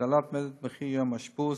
הגדלת מדד מחיר יום אשפוז,